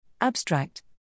Abstract